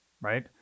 right